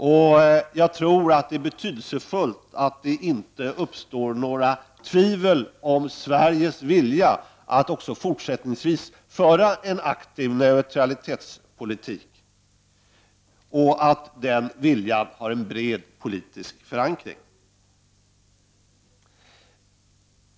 Och jag tror att det är betydelsefullt att det inte uppstår några tvivel om Sveriges vilja att också fortsättningsvis föra en aktiv neutralitetspolitik och att den viljan har en bred politisk förankring.